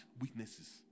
weaknesses